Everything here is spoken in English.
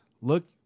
look